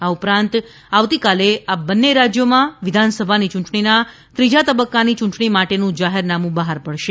આ ઉપરાંત આવતીકાલે આ બંને રાજ્યોમાં વિધાનસભાની યૂંટણીના ત્રીજા તબક્કાની ચૂંટણી માટેનું જાહેરનામું બહાર પડશે